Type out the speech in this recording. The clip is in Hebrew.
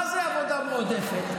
מה זה עבודה מועדפת?